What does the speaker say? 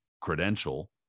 credential